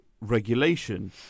regulation